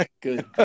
good